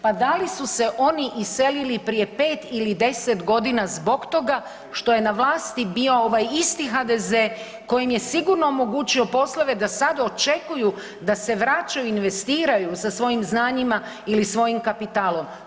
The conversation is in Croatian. Pa da li su se oni iselili prije 5 ili 10 godina zbog toga što je na vlasti bio ovaj isti HDZ koji im je sigurno omogućio poslove da sad očekuju da se vraćaju i investiraju sa svojim znanjima ili svojim kapitalom.